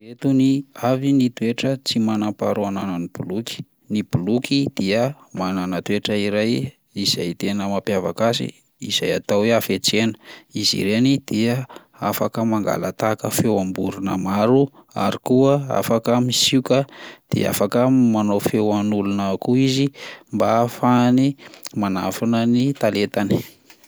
Ireto ny- avy ny toetra tsy manam-paharoa ananan'ny boloky: ny boloky dia manana toetra iray izay tena mampiavaka azy izay atao hoe hafetsena, izy ireny dia afaka mangala-tahaka feom-borona maro ary koa afaka misioka de afaka manao feo an'olona koa izy mba hahafahany manafina ny talentany.